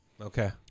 Okay